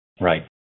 Right